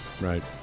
right